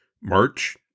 March